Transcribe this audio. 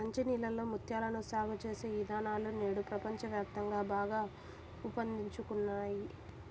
మంచి నీళ్ళలో ముత్యాలను సాగు చేసే విధానాలు నేడు ప్రపంచ వ్యాప్తంగా బాగా ఊపందుకున్నాయి